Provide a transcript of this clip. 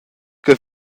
ch’ei